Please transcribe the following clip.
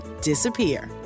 disappear